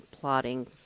plotting